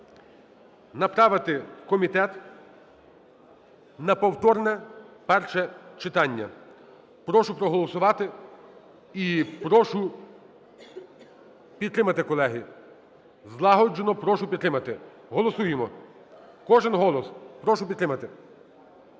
направити в комітет на повторне перше читання. Прошу проголосувати і прошу підтримати, колеги. Злагоджено прошу підтримати. Голосуємо! Кожен голос, прошу підтримати.